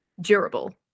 durable